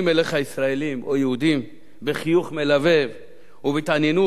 אליך ישראלים או יהודים בחיוך מלבב ובהתעניינות,